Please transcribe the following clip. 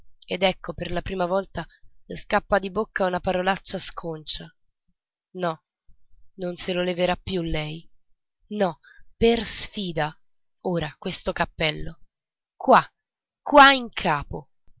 ed ecco per la prima volta le scappa di bocca una parolaccia sconcia no non se lo leverà più lei no per sfida ora questo cappello qua qua in capo